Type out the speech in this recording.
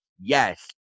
Yes